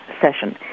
session